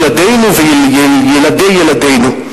ילדינו וילדי-ילדינו.